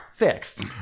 fixed